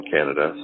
Canada